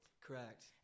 Correct